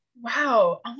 wow